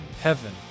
heaven